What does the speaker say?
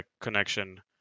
connection